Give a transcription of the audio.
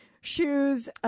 shoes